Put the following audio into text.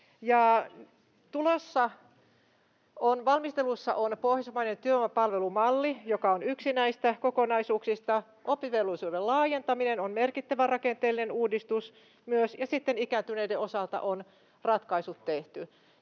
Valmistelussa on pohjoismainen työvoimapalvelumalli, joka on yksi näistä kokonaisuuksista. Myös oppivelvollisuuden laajentaminen on merkittävä rakenteellinen uudistus, ja ikääntyneiden osalta on ratkaisut tehty.